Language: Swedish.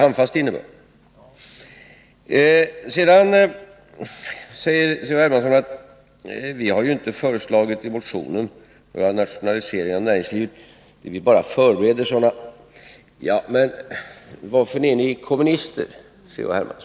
Hermansson säger att vi i vår motion inte har föreslagit några nationaliseringar av näringslivet, utan bara förbereder sådana. Varför är ni kommunister, C.-H. Hermansson?